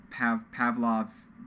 Pavlov's